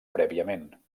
prèviament